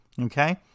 Okay